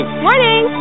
Morning